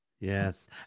yes